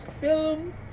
film